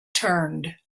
turned